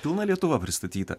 pilna lietuva pristatyta